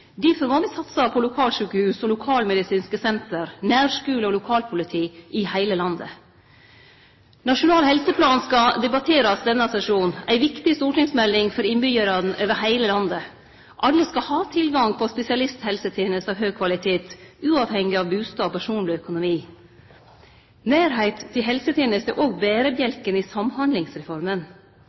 Difor må me satse på lokalsjukehus og lokalmedisinske senter, nærskule og lokalpoliti i heile landet. Nasjonal helseplan skal debatterast i denne sesjonen, ei viktig stortingsmelding for innbyggjarane over heile landet. Alle skal ha tilgang på spesialisthelsetenester av høg kvalitet, uavhengig av bustad og personleg økonomi. Nærleik til helsetenester er òg berebjelken i Samhandlingsreforma.